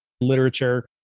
literature